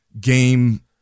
game